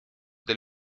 del